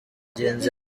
bageze